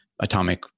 atomic